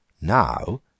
now